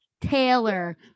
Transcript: Taylor